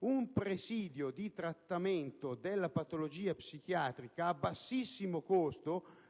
un presidio di trattamento della patologia psichiatrica -